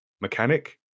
mechanic